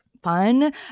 fun